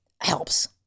helps